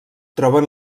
troben